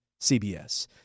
CBS